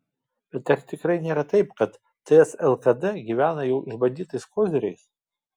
bet ar tik nėra taip kad ts lkd gyvena jau išbandytais koziriais